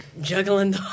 juggling